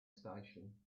station